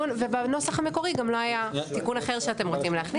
ובנוסף המקורי גם לא היה תיקון אחר שאתם רוצים להכניס.